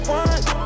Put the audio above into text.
one